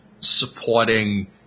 supporting